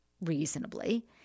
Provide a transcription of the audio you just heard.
reasonably